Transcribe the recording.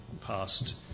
past